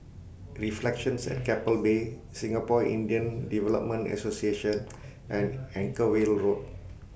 Reflections At Keppel Bay Singapore Indian Development Association and Anchorvale Road